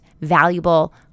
valuable